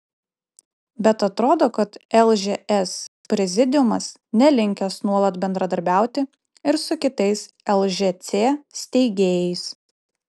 bet atrodo kad lžs prezidiumas nelinkęs nuolat bendradarbiauti ir su kitais lžc steigėjais